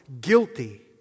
guilty